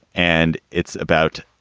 and it's about.